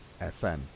FM